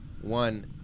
One